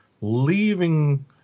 leaving